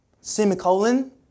semicolon